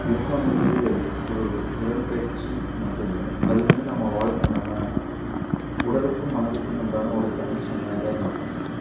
யோகாங்கிறது ஒரு உடல்பயிற்சி மட்டும் இல்லை அது வந்து நம்ம வாழ் நம்ம உடலுக்கும் மனதுக்கும் உண்டான ஒரு கனெக்ஷன்னாக தான் நான் பார்க்கறேன்